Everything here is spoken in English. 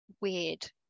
weird